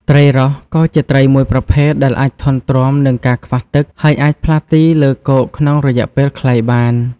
ត្រីរស់ក៏ជាត្រីមួយប្រភេទដែលអាចធន់ទ្រាំនឹងការខ្វះទឹក ហើយអាចផ្លាស់ទីលើគោកក្នុងរយៈពេលខ្លីបាន។